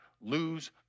lose